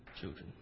children